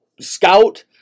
Scout